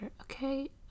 okay